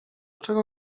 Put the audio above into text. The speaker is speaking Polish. czego